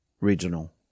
regional